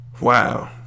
wow